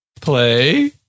play